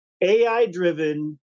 AI-driven